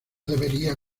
debería